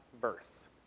verse